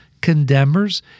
condemners